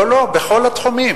לא, לא, בכל התחומים.